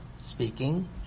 speaking